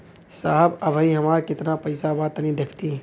साहब अबहीं हमार कितना पइसा बा तनि देखति?